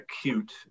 acute